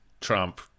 Trump